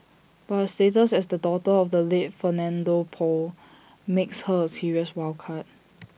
but her status as the daughter of the late Fernando Poe makes her A serious wild card